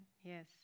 Yes